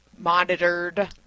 Monitored